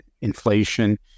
inflation